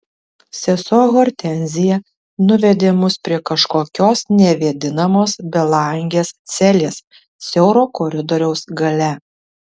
sesuo hortenzija nuvedė mus prie kažkokios nevėdinamos belangės celės siauro koridoriaus gale